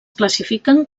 classifiquen